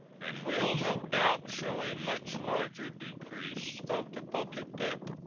and will no doubt show a much larger decrease of the public debt.